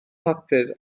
papur